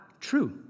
true